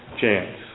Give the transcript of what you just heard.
chance